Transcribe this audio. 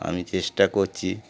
আমি চেষ্টা করছি